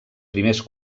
primers